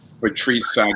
Patrice